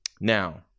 Now